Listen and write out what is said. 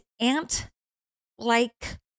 ant-like